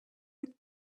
with